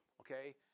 Okay